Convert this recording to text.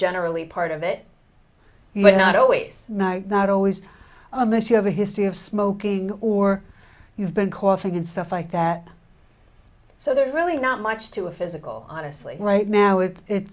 generally part of it but not always not always unless you have a history of smoking or you've been coughing and stuff like that so there's really not much to a physical honestly right now wit